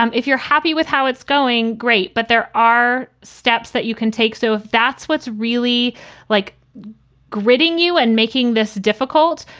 um if you're happy with how it's going, great. but there are steps that you can take. so if that's what's really like gridding you and making this difficult.